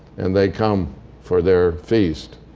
and they come for their feast.